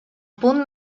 punt